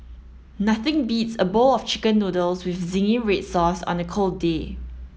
nothing beats a bowl of chicken noodles with zingy red sauce on a cold day